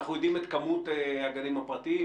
אנחנו יודעים את כמות הגנים הפרטיים,